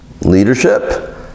leadership